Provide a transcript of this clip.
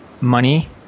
money